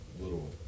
little